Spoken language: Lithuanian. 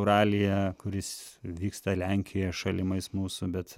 ralyje kuris vyksta lenkijoje šalimais mūsų bet